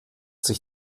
sich